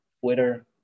Twitter